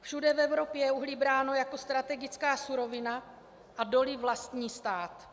Všude v Evropě je uhlí bráno jako strategická surovina a doly vlastní stát.